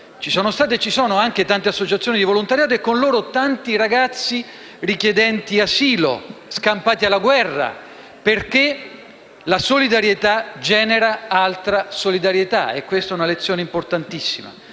e in quelle ore, anche tante associazioni di volontariato e, con loro, tanti ragazzi richiedenti asilo, scampati alla guerra, perché la solidarietà genera altra solidarietà: questa è una lezione importantissima.